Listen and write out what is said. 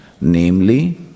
namely